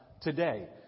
today